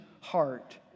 heart